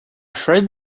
afraid